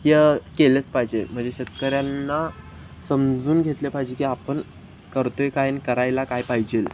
हे केलंच पाहिजे म्हणजे शेतकऱ्यांना समजून घेतले पाहिजे की आपण करतो आहे काय आणि करायला काय पाहिजेल